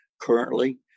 currently